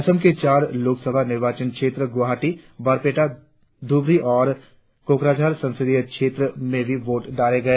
असम के चार लोकसभा निर्वाचन क्षेत्रों गुवाहाटी बारपेटा धुबरी और कोकराझार संसदीय क्षेत्र में वोट डाले गए